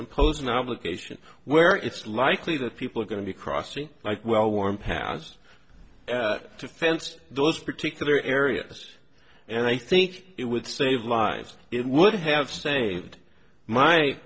impose an obligation where it's likely that people are going to be crossing like well warm pass to fence those particular areas and i think it would save lives it would have saved my